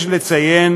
יש לציין